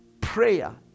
prayer